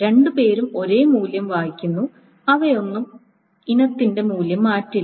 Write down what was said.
രണ്ടുപേരും ഒരേ മൂല്യം വായിക്കുന്നു അവയൊന്നും ഇനത്തിന്റെ മൂല്യം മാറ്റില്ല